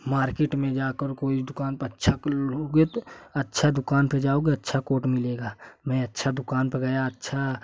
market में जाकर कोई दुकान पे अच्छा क्लू लोगे तो अच्छा दुकान पे जाओगे अच्छा कोट मिलेगा मैं अच्छा दुकान पे गया अच्छा